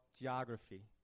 geography